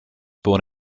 born